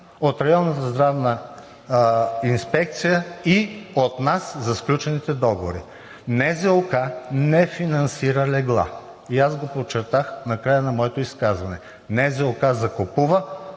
от Районната здравна инспекция и от нас за сключените договори. НЗОК не финансира легла, и аз го подчертах накрая на моето изказване, НЗОК закупува